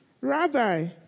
Rabbi